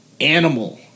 animal